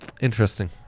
Interesting